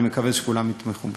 ואני מקווה שכולם יתמכו בזה.